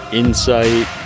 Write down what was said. insight